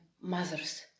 mothers